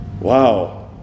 Wow